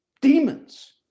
Demons